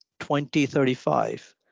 2035